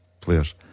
Players